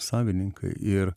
savininkai ir